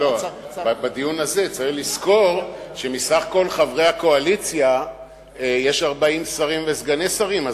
בדיון הזה צריך לזכור שמסך כל חברי הקואליציה יש 40 שרים וסגני שרים,